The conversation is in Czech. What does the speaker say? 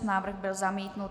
Návrh byl zamítnut.